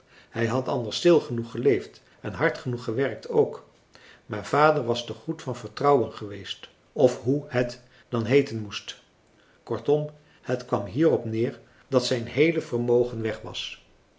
hij had anders stil genoeg geleefd en hard genoeg gewerkt ook maar vader was te goed van vertrouwen geweest of hoe het dan heeten moest kortom het kwam hier op neer dat zijn heele vermogen weg was